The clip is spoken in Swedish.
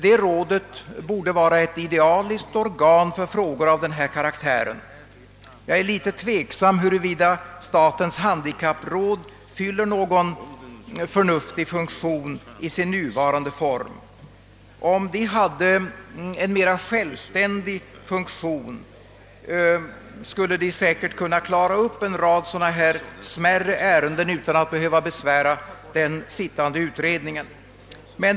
Detta råd borde vara ett idealiskt organ för frågor av denna karaktär. Jag är litet tveksam om huruvida statens handikappråd fyller någon förnuftig funktion i sin nuvarande form. Om rådet hade en mera självständig funktion, skulle det säkert kunna klara upp en rad sådana här smärre ärenden utan att besvära den sittande utredningen.